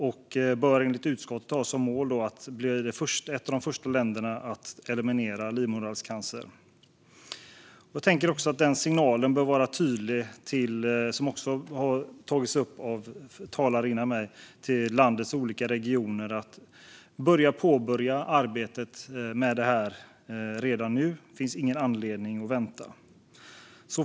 Sverige bör enligt utskottet ha som mål att bli ett av de första länderna att eliminera livmoderhalscancer. Signalen bör också vara tydlig till landets olika regioner att påbörja arbetet med detta redan nu, vilket har tagits upp av talare före mig. Det finns ingen anledning att vänta.